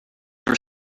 were